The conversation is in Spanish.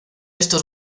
estos